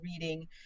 reading